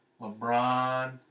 LeBron